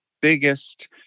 biggest